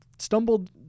Stumbled